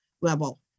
level